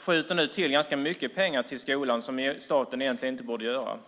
skjuter nu till ganska mycket pengar till skolan som den egentligen inte borde göra.